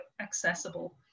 accessible